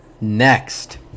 Next